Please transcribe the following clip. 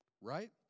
Right